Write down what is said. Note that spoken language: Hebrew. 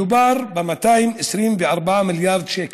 מדובר ב-224 מיליארד שקל.